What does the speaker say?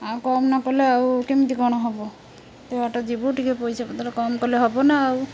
ଆଉ କମ୍ ନ କଲେ ଆଉ କେମିତି କ'ଣ ହବ ଏତେ ବାଟ ଯିବୁ ଟିକେ ପଇସା ପତ୍ର କମ୍ କଲେ ହବ ନା ଆଉ